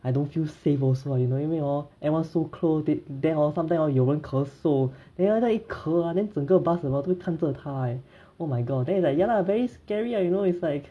I don't feel safe also lah you know 因为 hor everyone so close the~ then hor sometimes hor 有人咳嗽 then after that 一咳啊 then 整个 bus 的人就看着他 leh oh my god then is like ya lah very scary ah you know it's like